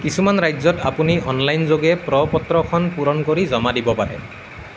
কিছুমান ৰাজ্যত অপুনি অনলাইনযোগে প্ৰ পত্ৰখন পূৰণ কৰি জমা দিব পাৰে